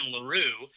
LaRue